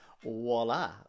Voila